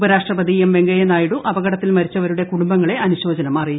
ഉപരാഷ്ട്രപതി വെങ്കയ്യ നായിഡു അീപ്പക്ടത്തിൽ മരിച്ചവരുടെ കുടുംബങ്ങളെ അനുശോചനം അറിയിച്ചു